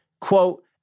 quote